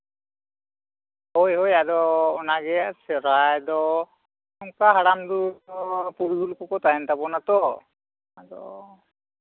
ᱦᱳᱭ ᱦᱳᱭ ᱟᱫᱚ ᱚᱱᱟᱜᱮ ᱥᱮᱫᱟᱭ ᱫᱚ ᱱᱚᱝᱠᱟ ᱦᱟᱲᱟᱢ ᱫᱩᱲᱩᱢ ᱯᱩᱨᱩᱫᱷᱩᱞ ᱠᱚᱠᱚ ᱛᱟᱦᱮᱱ ᱛᱟᱵᱚᱱᱟ ᱛᱚ ᱟᱫᱚ